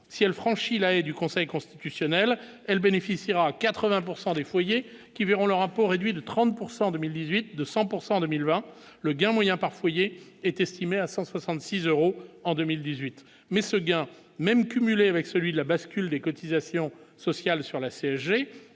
si elle franchit l'arrêt du Conseil constitutionnel, elle bénéficiera 80 pourcent des foyers qui verront leur impôt réduit de 30 pourcent en 2018 de 100 pourcent en 2020, le gain moyen par foyer est estimé à 166 euros en 2018 mais Seguin même cumulé avec celui de la bascule des cotisations sociales sur la CSG